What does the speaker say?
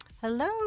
Hello